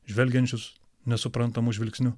žvelgiančius nesuprantamu žvilgsniu